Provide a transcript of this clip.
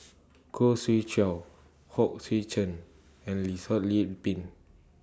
Khoo Swee Chiow Hong Sek Chern and Yih Pin